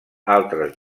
altres